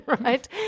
right